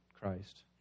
Christ